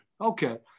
Okay